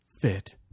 fit